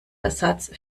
ersatz